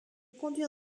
conduire